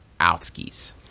outskis